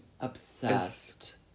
Obsessed